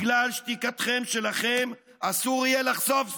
בגלל שתיקתכם שלכם אסור יהיה לחשוף זאת,